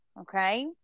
okay